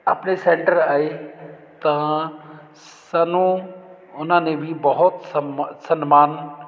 ਆਪਣੇ ਸੈਂਟਰ ਆਏ ਤਾਂ ਸਾਨੂੰ ਉਹਨਾਂ ਨੇ ਵੀ ਬਹੁਤ ਸਮ ਸਨਮਾਨ